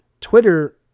Twitter